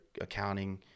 accounting